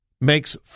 makes